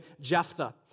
Jephthah